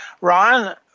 Ryan